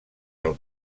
del